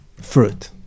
fruit